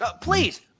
please